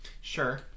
Sure